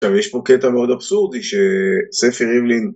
יש פה קטע מאוד אבסורדי שספי ריבלין